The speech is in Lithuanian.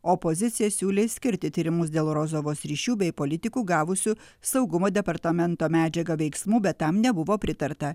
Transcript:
opozicija siūlė išskirti tyrimus dėl rozovos ryšių bei politikų gavusių saugumo departamento medžiagą veiksmų bet tam nebuvo pritarta